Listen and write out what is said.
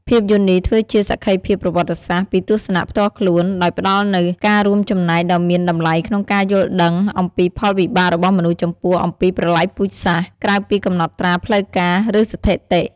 ភាពយន្តនេះធ្វើជាសក្ខីភាពប្រវត្តិសាស្ត្រ ពីទស្សនៈផ្ទាល់ខ្លួន ដោយផ្តល់នូវការរួមចំណែកដ៏មានតម្លៃក្នុងការយល់ដឹងអំពីផលវិបាករបស់មនុស្សចំពោះអំពើប្រល័យពូជសាសន៍ ក្រៅពីកំណត់ត្រាផ្លូវការ ឬស្ថិតិ។